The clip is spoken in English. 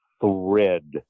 thread